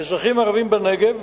האזרחים הערבים בנגב